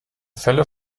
fälle